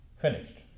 finished